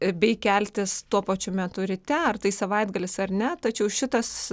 bei keltis tuo pačiu metu ryte ar tai savaitgalis ar ne tačiau šitas